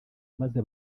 maze